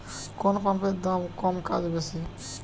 কোন পাম্পের দাম কম কাজ বেশি?